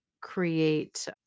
create